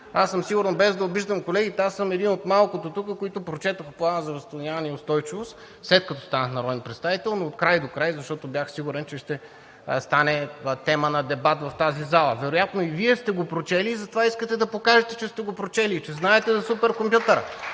и устойчивост. Без да обиждам колегите, аз съм един от малкото тук, които прочетоха Плана за възстановяване и устойчивост, след като станах народен представител, но от край до край, защото бях сигурен, че ще стане тема на дебат в тази зала. Вероятно и Вие сте го прочели и затова искате да покажете, че сте го прочели и че знаете за суперкомпютъра.